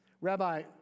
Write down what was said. Rabbi